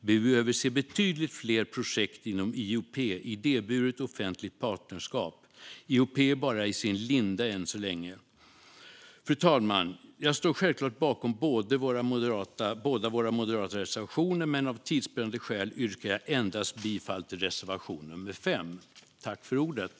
Vi behöver se betydligt fler projekt inom IOP, idéburet offentligt partnerskap. IOP är än så länge bara i sin linda. Fru talman! Jag står självklart bakom båda våra moderata reservationer, men av tidsbesparingsskäl yrkar jag endast bifall till reservation nummer 5.